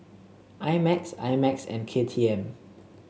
I Max I Max and K T M